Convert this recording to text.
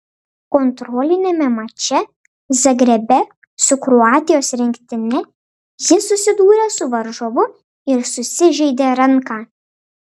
kontroliniame mače zagrebe su kroatijos rinktine jis susidūrė su varžovu ir susižeidė ranką